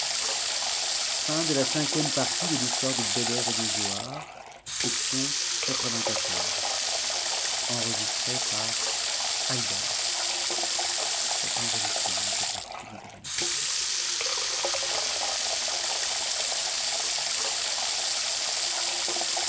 nuit histoire de noareddin et de